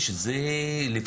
הרי כל הקטע בפסיכיאטריה לפחות,